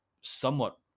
somewhat